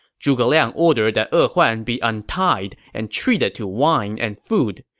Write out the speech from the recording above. zhuge liang ordered that e huan be untied and treated to wine and food.